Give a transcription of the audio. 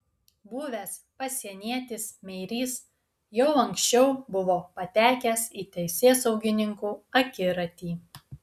buvęs pasienietis meirys jau anksčiau buvo patekęs į teisėsaugininkų akiratį